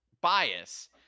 bias